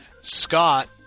Scott